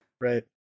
Right